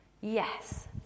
yes